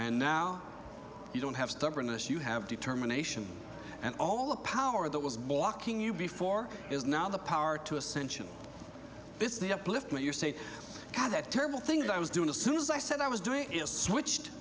and now you don't have stubbornness you have determination and all the power that was blocking you before is now the power to ascension business upliftment your say how that terrible thing that i was doing as soon as i said i was doing is switched